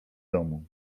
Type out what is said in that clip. domu